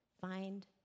find